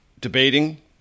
debating